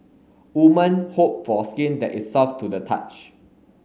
woman hope for skin that is soft to the touch